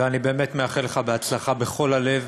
ואני באמת מאחל לך הצלחה בכל הלב.